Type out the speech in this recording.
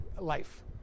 life